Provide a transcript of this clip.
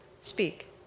Speak